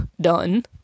done